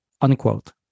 unquote